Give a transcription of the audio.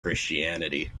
christianity